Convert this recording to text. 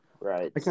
Right